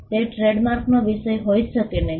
તે ટ્રેડમાર્કનો વિષય હોઈ શકે નહીં